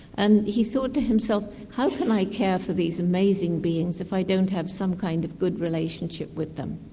and he thought to himself, how can i care for these amazing beings if i don't have some kind of good relationship with them?